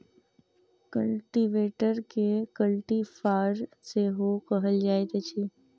कल्टीवेटरकेँ कल्टी फार सेहो कहल जाइत अछि